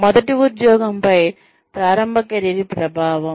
మొదటి ఉద్యోగంపై ప్రారంభ కెరీర్ ప్రభావం